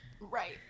Right